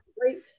great